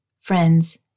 Friends